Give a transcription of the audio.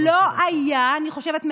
23